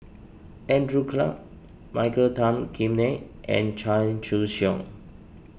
Andrew Clarke Michael Tan Kim Nei and Chan Choy Siong